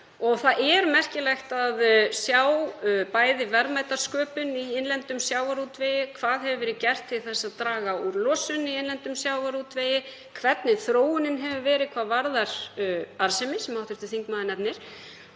Það er merkilegt að sjá bæði verðmætasköpun í innlendum sjávarútvegi, hvað gert hefur verið til að draga úr losun í innlendum sjávarútvegi og hvernig þróunin hefur verið hvað varðar arðsemi, sem hv. þingmaður nefnir.